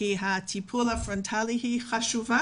הטיפול הפרונטלי הוא חשוב,